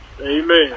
Amen